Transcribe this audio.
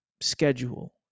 schedule